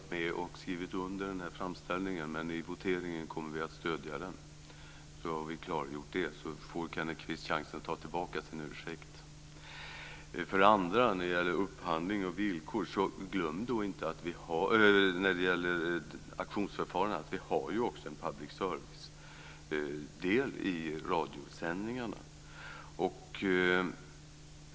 Herr talman! För det första har Folkpartiet inte varit med och skrivit under framställningen, men i voteringen kommer vi att stödja den. Så har vi klargjort det, och Kenneth Kvist får chansen att ta tillbaka sin ursäkt. För det andra gäller det upphandling och villkor. Glöm då inte att vi när det gäller auktionsförfarandet också har en public service-del i radiosändningarna.